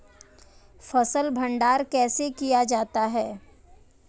फ़सल भंडारण कैसे किया जाता है?